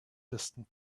distant